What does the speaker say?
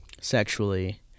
sexually